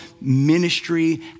ministry